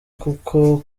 kuko